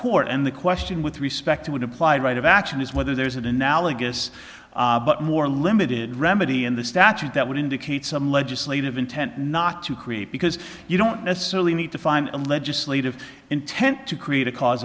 court and the question with respect to would apply right of action is whether there's an analogous but more limited remedy in the statute that would indicate some legislative intent not to create because you don't necessarily need to find a legislative intent to create a cause